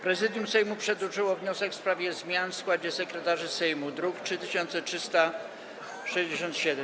Prezydium Sejmu przedłożyło wniosek w sprawie zmian w składzie sekretarzy Sejmu - druk nr 3367.